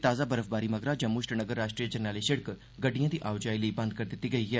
ताजा बर्फबारी मगरा जम्मू श्रीनगर राष्ट्री जरनैली सिइक गड्डिएं दी आओजाई लेई बंद करी दित्ती गेई ऐ